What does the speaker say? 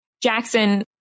Jackson